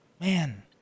Man